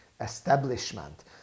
establishment